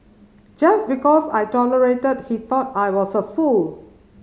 just because I tolerated he thought I was a fool